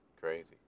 Crazy